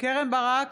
קרן ברק,